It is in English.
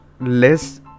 less